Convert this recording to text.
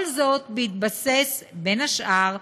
כל זאת בהתבסס, בין היתר,